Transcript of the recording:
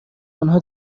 آنها